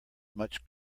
much